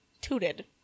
Tooted